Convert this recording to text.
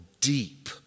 deep